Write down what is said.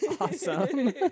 Awesome